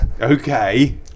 Okay